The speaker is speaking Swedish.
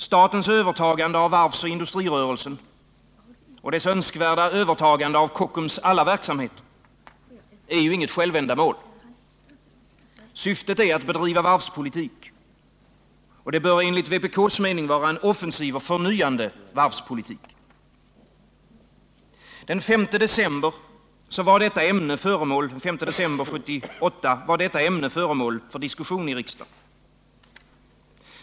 Statens övertagande av varvsoch industrirörelsen och dess önskvärda övertagande av Kockums alla verksamheter är ju inget självändamål. Syftet är att bedriva varvspolitik. Och det bör enligt vår mening vara en offensiv och förnyande varvspolitik. Den 5 december var detta ämne föremål för diskussion i riksdagen.